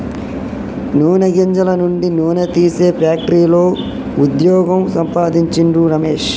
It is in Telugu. నూనె గింజల నుండి నూనె తీసే ఫ్యాక్టరీలో వుద్యోగం సంపాందించిండు రమేష్